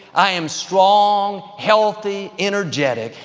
i am strong, healthy, energetic.